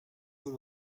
cent